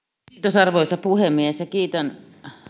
arvoisa puhemies kiitän